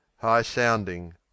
high-sounding